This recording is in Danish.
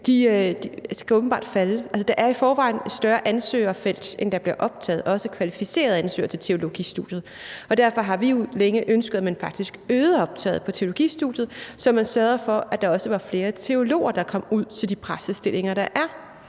teologer åbenbart skal falde. Der er i forvejen et større ansøgerfelt, end der bliver optaget – også kvalificerede ansøgere – til teologistudiet, og derfor har vi jo længe ønsket, at man faktisk øgede optaget på teologistudiet, så man sørgede for, at der også var flere teologer, der kom ud til de præstestillinger, der er.